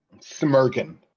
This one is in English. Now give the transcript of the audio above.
Smirking